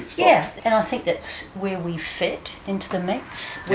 yeah. and i think that's where we fit into the mix,